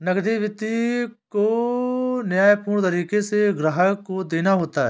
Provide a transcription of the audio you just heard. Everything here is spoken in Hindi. नकदी वित्त को न्यायपूर्ण तरीके से ग्राहक को देना होता है